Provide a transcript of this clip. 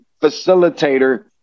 facilitator